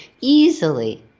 easily